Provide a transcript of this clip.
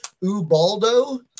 ubaldo